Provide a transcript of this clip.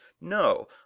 No